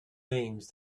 names